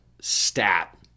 stat